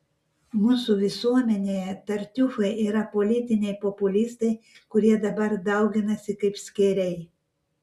mūsų visuomenėje tartiufai yra politiniai populistai kurie dabar dauginasi kaip skėriai